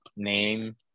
Name